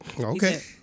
Okay